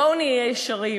בואו נהיה ישרים,